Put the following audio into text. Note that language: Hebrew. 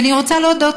ואני רוצה להודות,